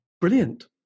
brilliant